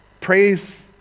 praise